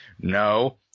No